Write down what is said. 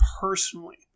personally